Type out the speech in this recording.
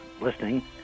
listening